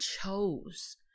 chose